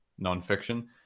nonfiction